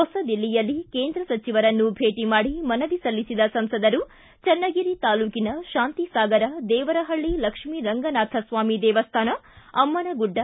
ಹೊಸದಿಲ್ಲಯಲ್ಲಿ ಕೇಂದ್ರ ಸಚಿವರನ್ನು ಭೇಟ ಮಾಡಿ ಮನವಿ ಸಲ್ಲಿಸಿದ ಸಂಸದರು ಚನ್ನಗಿರಿ ತಾಲ್ಲೂಕಿನ ಶಾಂತಿಸಾಗರ ದೇವರಹಳ್ಳ ಲಕ್ಷ್ಮೀ ರಂಗನಾಥ ಸ್ವಾಮಿ ದೇವಸ್ಥಾನ ಅಮ್ಲನಗುಡ್ಡ